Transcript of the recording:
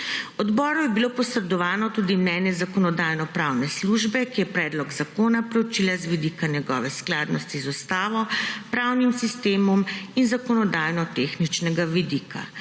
Odboru je bilo posredovano tudi mnenje Zakonodajno-pravne službe, ki je predlog zakona proučila z vidika njegove skladnosti z Ustavo, pravnim sistemom in zakonodajno tehničnega vidika.